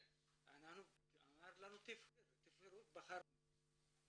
אמר לנו "תבחרו" ובחרנו.